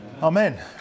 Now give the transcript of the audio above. Amen